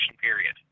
period